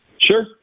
Sure